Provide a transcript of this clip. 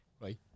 Right